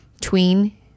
tween